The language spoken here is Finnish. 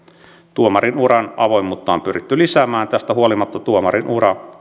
tuomarin uran avoimuutta on pyritty lisäämään tästä huolimatta tuomarin ura